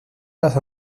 las